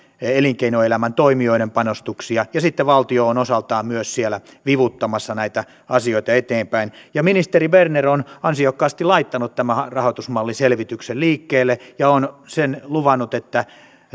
elinkeinoelämän toimijoiden panostuksia ja sitten valtio on osaltaan myös siellä vivuttamassa näitä asioita eteenpäin ministeri berner on ansiokkaasti laittanut tämän rahoitusmalliselvityksen liikkeelle ja on sen luvannut että